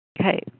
Okay